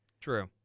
True